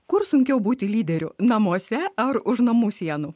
kur sunkiau būti lyderiu namuose ar už namų sienų